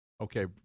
Okay